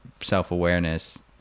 self-awareness